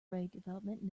redevelopment